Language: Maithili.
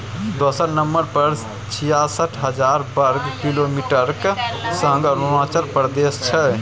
दोसर नंबर पर छियासठ हजार बर्ग किलोमीटरक संग अरुणाचल प्रदेश छै